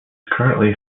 currently